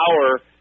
power